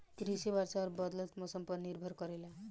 कृषि वर्षा और बदलत मौसम पर निर्भर करेला